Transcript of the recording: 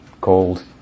cold